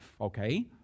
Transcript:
okay